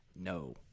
No